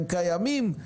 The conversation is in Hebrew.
הם קיימים,